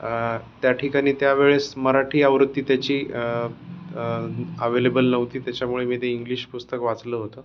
त्या ठिकाणी त्यावेळेस मराठी आवृत्ती त्याची अवेलेबल नव्हती त्याच्यामुळे मी ते इंग्लिश पुस्तक वाचलं होतं